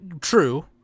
true